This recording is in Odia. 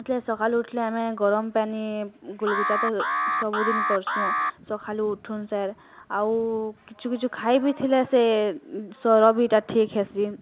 ହେତିଲାଗି ସକାଲୁ ଉଠଲେ ଆମେ ଗରମ୍ ପାନି କୁଲକୁଚା ତ ସବୁଦିନ କର୍ସୁଁ ସକାଲୁ ଉଠୁନ୍ ସାର୍ ଆଉ କିଛୁ କିଛୁ ଖାଇବି ଥିଲେ ସେ ସ୍ଵର ବି ଇଟା ଠିକ୍ ହେସି